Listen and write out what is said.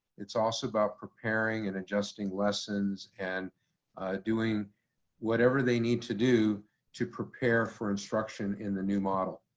it's also about preparing and adjusting lessons and doing whatever they need to do to prepare for instruction in the new model.